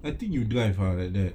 I think you drive ah like that